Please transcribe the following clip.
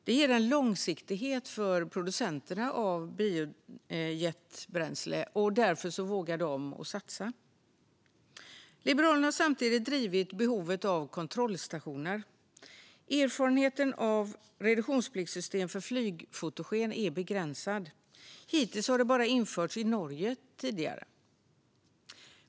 Det ger en långsiktighet för producenterna av biojetbränsle och gör att de vågar satsa. Liberalerna har samtidigt drivit på att det finns behov av kontrollstationer. Erfarenheten av reduktionspliktssystem för flygfotogen är begränsad. Hittills har det bara införts i Norge.